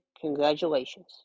Congratulations